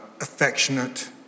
affectionate